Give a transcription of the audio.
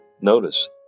Notice